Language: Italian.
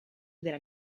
della